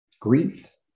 grief